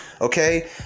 okay